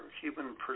human